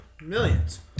millions